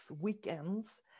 weekends